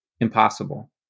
impossible